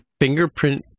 fingerprint